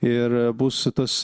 ir bus tas